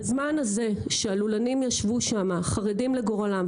בזמן הזה שהלולנים ישבו שמה חרדים לגורלם,